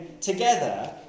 together